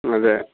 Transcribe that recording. അതെ